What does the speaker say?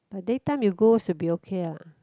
but daytime you go should be okay ah